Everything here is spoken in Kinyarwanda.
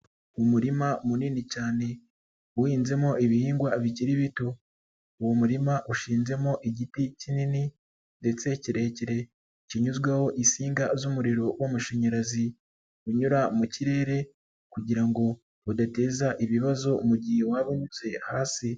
Umurima munini cyane uhinzemo ibihingwa bikiri bito, uwo murima ushinzemo igiti kinini ndetse kirekire kinyuzweho insinga z'umuriro w'amashanyarazi, unyura mu kirere kugira ngo udateza ibibazo, mu gihe waba unyuze hasi.